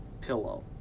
Pillow